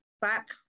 back